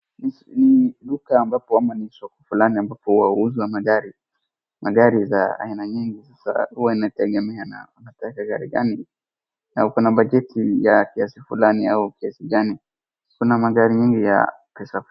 Ni duka ambapo ama ni soko fulani ambapo wahuuza magari, magari za aina nyingi huwa inategemea unataka gari gani na uko na bajeti ya kiasi fulani au kiasi gani kuna magari nyingi ya pesa.